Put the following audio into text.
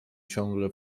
ciągle